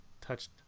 touched